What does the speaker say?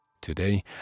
Today